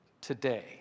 today